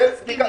אתם מסכימים.